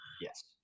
yes